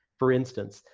for instance,